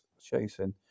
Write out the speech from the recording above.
chasing